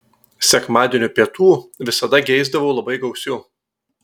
sekmadienio pietų visada geisdavau labai gausių